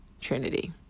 Trinity